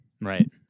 right